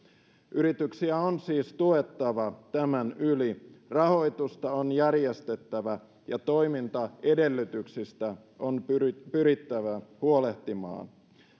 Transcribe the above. yrityksiä on siis tuettava tämän yli rahoitusta on järjestettävä ja toimintaedellytyksistä on pyrittävä pyrittävä huolehtimaan